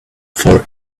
for